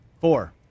four